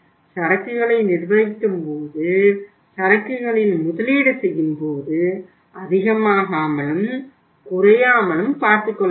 சரக்குகளை நிர்வகிக்கும் போது சரக்குகளில் முதலீடு செய்யும்போது அதிகம் ஆகாமலும் குறையாமலும் பார்த்துக்கொள்ள வேண்டும்